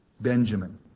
Benjamin